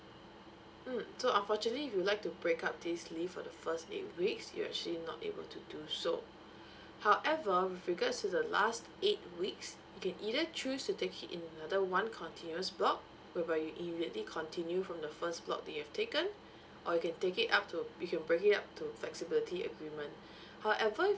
mm so unfortunately if you would like to break up this leave for the first eight weeks you are actually not able to do so however with regards to the last eight weeks you can either choose to take it in another one continuous block whereby you immediately continue from the first block that you have taken or you can take it up to a you can break it up to a flexibility agreement however